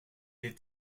est